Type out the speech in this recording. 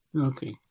okay